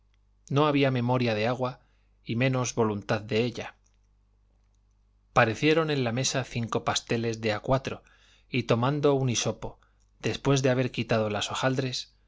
no había memoria de agua y menos voluntad de ella parecieron en la mesa cinco pasteles de a cuatro y tomando un hisopo después de haber quitado las hojaldres